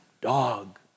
Dog